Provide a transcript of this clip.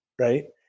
right